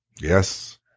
Yes